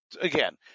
again